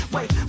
Wait